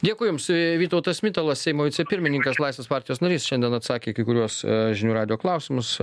dėkui jums vytautas mitalas seimo vicepirmininkas laisvės partijos narys šiandien atsakė į kai kuriuos žinių radijo klausimus